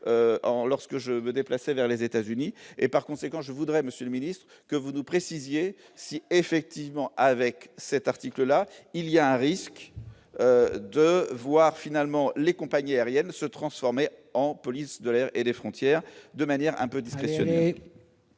lorsque je me déplaçais vers les États-Unis et par conséquent, je voudrais Monsieur le Ministre, que vous nous précisiez si effectivement avec cet article-là, il y a un risque de voir finalement les compagnies aériennes se transformer en police de l'air et des frontières, de manière un peu discret.